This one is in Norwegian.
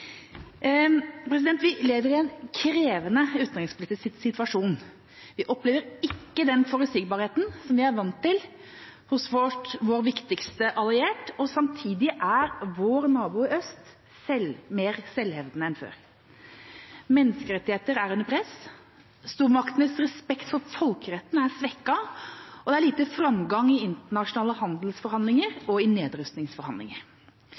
Vi lever i en krevende utenrikspolitisk situasjon. Vi opplever ikke den forutsigbarheten som vi er vant til hos vår viktigste allierte, og samtidig er vår nabo i øst mer selvhevdende enn før. Menneskerettigheter er under press, stormaktenes respekt for folkeretten er svekket, og det er lite framgang i internasjonale